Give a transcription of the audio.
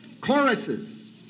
choruses